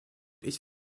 ich